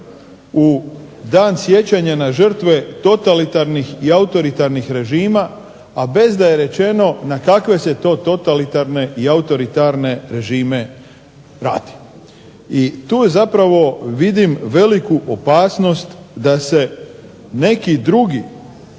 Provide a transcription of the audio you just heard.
u Dan sjećanja na žrtve totalitarnih i autoritarnih režima, a bez da je rečeno na kakve se to totalitarne i autoritarne režime radi. I tu zapravo vidim veliku opasnost da se neki drugi